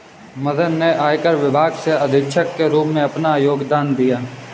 मदन ने आयकर विभाग में अधीक्षक के रूप में अपना योगदान दिया